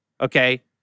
okay